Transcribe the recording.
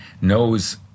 knows